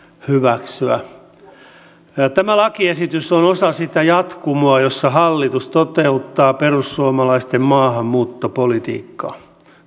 hyväksyä tämä lakiesitys on osa sitä jatkumoa jossa hallitus toteuttaa perussuomalaisten maahanmuuttopolitiikkaa